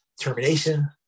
termination